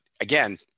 again